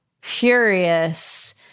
furious